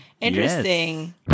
Interesting